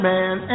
Man